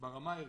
ברמה הערכית,